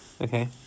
Okay